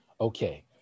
Okay